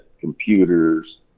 computers